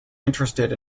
interested